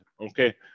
okay